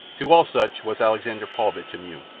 to all such was alexander paulvitch immune.